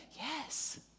Yes